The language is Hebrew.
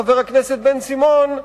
חבר הכנסת בן-סימון,